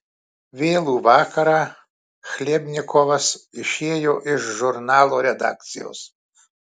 vėlų vakarą chlebnikovas išėjo iš žurnalo redakcijos